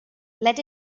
let